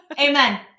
Amen